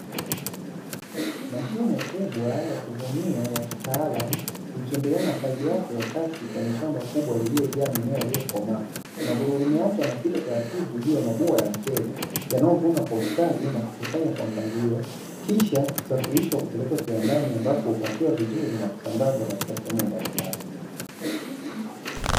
Mashine kubwa ya kuvunia ya kitaalamu ikiendelea na kazi yake ya kasi kwenye shamba kubwa iliyojaa mimea iliyokomaa, magurudumu yake yanapita taratibu juu ya mabua ya mchele yanayovunwa kwa ustadi na kukusanywa kwa mpangilio, kisha kusafirishwa kupelekwa kiwandani ambapo hupakiwa vizuri na kusambazwa katika sehemu mbalimbali.